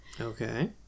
Okay